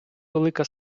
велика